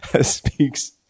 speaks –